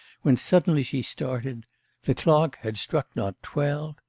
when suddenly she started the clock had struck not twelve,